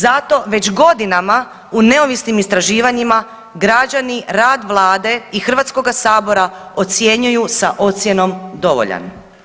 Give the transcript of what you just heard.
Zato već godinama u neovisnim istraživanjima, građani rad Vlade i Hrvatskoga sabora ocjenjuju sa ocjenom dovoljan.